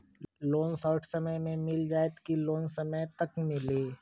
Loan short समय मे मिल जाएत कि लोन समय तक मिली?